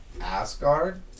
Asgard